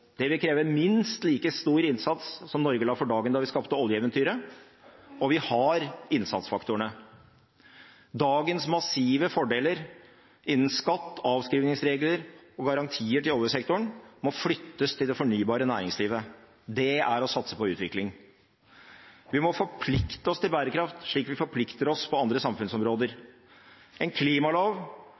Det vil kreve minst like stor innsats som Norge la for dagen da vi skapte oljeeventyret, og vi har innsatsfaktorene. Dagens massive fordeler innen skatt, avskrivingsregler og garantier til oljesektoren må flyttes til det fornybare næringslivet. Det er å satse på utvikling. Vi må forplikte oss til bærekraft, slik vi forplikter oss på andre samfunnsområder. En klimalov